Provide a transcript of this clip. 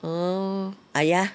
oh !aiya!